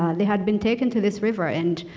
they had been taken to this river and